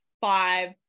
five